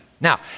Now